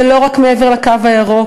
ולא רק מעבר לקו הירוק,